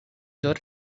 dos